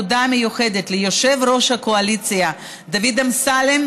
תודה מיוחדת ליושב-ראש הקואליציה דוד אמסלם,